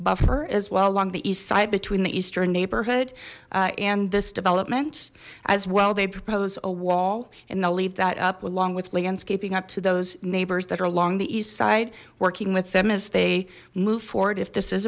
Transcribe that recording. buffer is well along the east side between the eastern neighborhood and this development as well they proposed a wall and they'll leave that up along with landscaping up to those neighbors that are along the east side working with them as they move forward if this is